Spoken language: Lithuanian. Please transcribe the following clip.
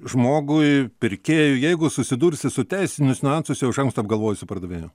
žmogui pirkėju jeigu susidursi su teisinius niuansus jau iš anksto apgalvojusiu pardavėju